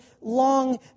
long